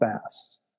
fast